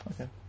Okay